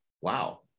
Wow